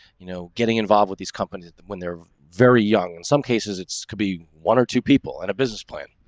you know, getting involved with these companies when there very young. in some cases, it's could be one or two people in and a business plan.